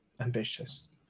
ambitious